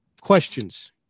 questions